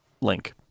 link